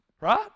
Right